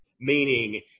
meaning